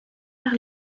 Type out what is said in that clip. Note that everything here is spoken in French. par